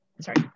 Sorry